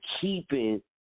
keeping